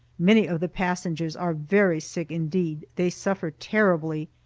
many of the passengers are very sick indeed, they suffer terribly.